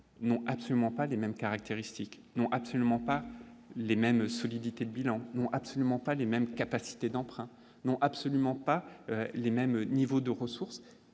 non absolument pas les mêmes caractéristiques non absolument pas les mêmes solidité de bilan non absolument pas les mêmes capacités d'emprunt non absolument pas les mêmes niveaux de ressources